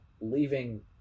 leaving